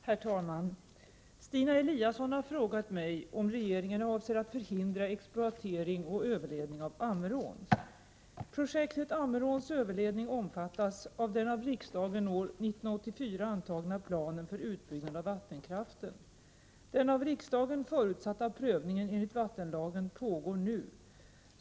Herr talman! Stina Eliasson har frågat mig om regeringen avser att förhindra exploatering och överledning av Ammerån. Projektet Ammeråns överledning omfattas av den av riksdagen år 1984 antagna planen för utbyggnad av vattenkraften. Den av riksdagen förutsatta prövningen enligt vattenlagen pågår nu.